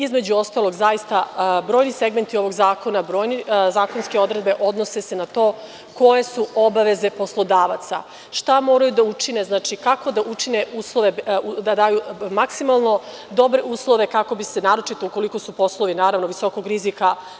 Između ostalog, zaista brojni segmenti ovog zakona, brojne zakonske odredbe odnose se na to koje su obaveze poslodavaca, šta moraju da učine, kako da daju maksimalno dobre uslove, kako bi se naročito, ukoliko su poslovi visokog rizika…